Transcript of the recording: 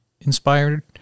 inspired